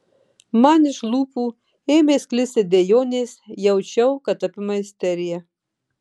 man iš lūpų ėmė sklisti dejonės jaučiau kad apima isterija